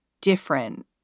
different